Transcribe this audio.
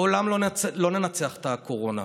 לעולם לא ננצח את הקורונה.